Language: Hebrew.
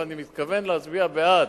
ואני מתכוון להצביע בעד,